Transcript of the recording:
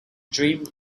dream